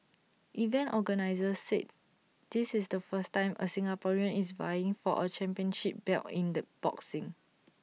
event organisers said this is the first time A Singaporean is vying for A championship belt in the boxing